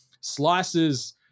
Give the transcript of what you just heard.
slices